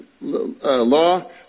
law